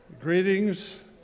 Greetings